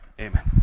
Amen